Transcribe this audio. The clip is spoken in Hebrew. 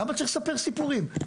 למה צריך לספר סיפורים?